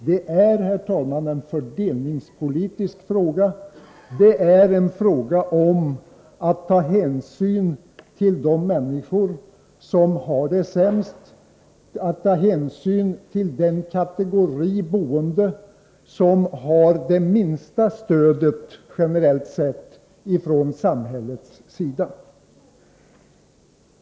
Det är, herr talman, en fördelningspolitisk fråga. Det gäller att ta hänsyn till de människor som har det sämst, den kategori boende som har det minsta stödet generellt sett från samhällets sida.